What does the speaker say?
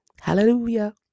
Hallelujah